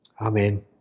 Amen